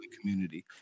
community